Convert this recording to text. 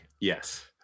Yes